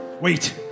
Wait